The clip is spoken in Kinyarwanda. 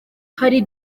hari